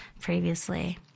previously